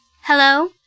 Hello